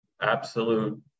absolute